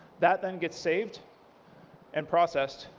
that, then, gets saved and processed.